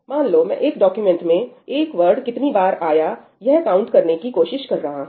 मान लो मैं एक डॉक्यूमेंट में एक वर्ड कितनी बार आया यह काउंट करने की कोशिश कर रहा हुं